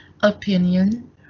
opinion